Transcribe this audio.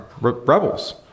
rebels